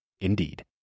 Indeed